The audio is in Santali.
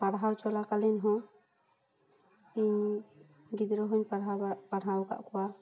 ᱯᱟᱲᱦᱟᱣ ᱪᱚᱞᱟᱠᱟᱞᱤᱱ ᱦᱚᱸ ᱤᱧ ᱜᱤᱫᱽᱨᱟᱹ ᱦᱚᱧ ᱯᱟᱲᱦᱟᱣ ᱵᱟᱲᱟ ᱯᱟᱲᱦᱟᱣ ᱟᱠᱟᱫ ᱠᱩᱣᱟ